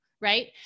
right